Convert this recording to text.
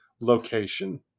location